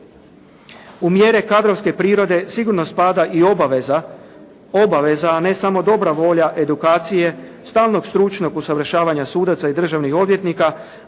U mjere kadrovske prirode sigurno spada i obaveza, obaveza a ne samo dobra volja edukacije stalnog stručnog usavršavanja sudaca i državnih odvjetnika.